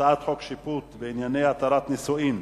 חוק שיפוט בענייני התרת נישואין